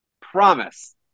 Promise